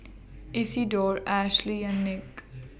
Isidore Ashlea and Nick